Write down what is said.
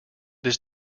this